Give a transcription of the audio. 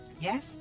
yes